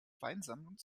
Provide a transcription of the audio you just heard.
weinsammlung